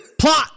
Plot